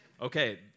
Okay